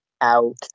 out